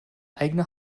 eigene